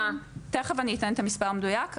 תיכף אני אתן את המספר המדויק.